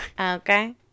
Okay